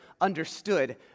understood